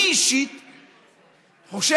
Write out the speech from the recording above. אני אישית חושב,